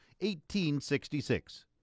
1866